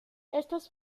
estas